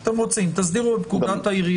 אם הוא רוצה, זה המתווה היחיד